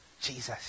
Jesus